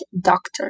doctor